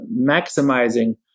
maximizing